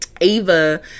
Ava